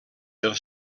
del